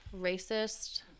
Racist